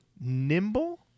nimble